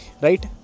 right